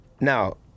Now